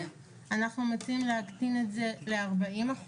אנחנו מציעים להקטין את זה ל-40%.